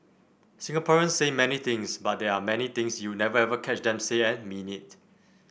Singaporeans say many things but there are many things you'll never ever catch them say and mean it